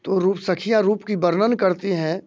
तो रूप सखिया रूप का वर्णन करती हैं